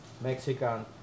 Mexican